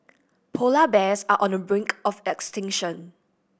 polar bears are on the brink of extinction